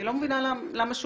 אני לא מבינה למה אנחנו